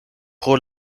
pro